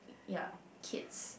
ya kids